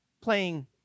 playing